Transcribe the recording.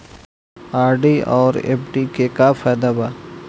RD आउर FD के का फायदा बा?